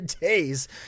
days